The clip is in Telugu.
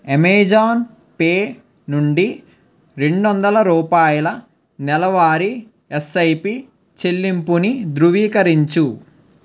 అమెజాన్ పే నుండి రెండొందల రూపాయల నెలవారీ ఎస్ఐపి చెల్లింపుని ధృవీకరించు